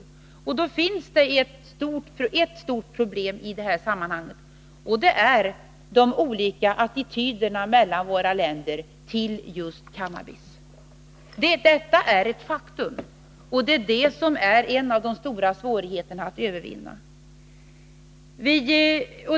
I detta sammanhang finns det ett stort problem, och det är de olika attityderna till just cannabis i våra länder. Detta är ett faktum som utgör en av de stora svårigheterna att övervinna.